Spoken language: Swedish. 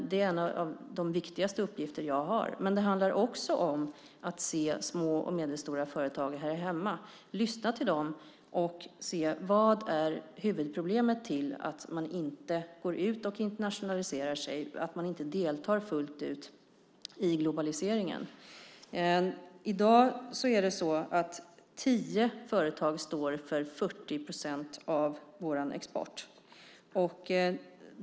Den är en av de viktigaste uppgifter jag har. Men det handlar också om att se små och medelstora företag här hemma, lyssna till dem och se vad som är huvudorsaken till att de inte internationaliserar sig och att de inte deltar fullt ut i globaliseringen. I dag står tio företag för 40 procent av vår export.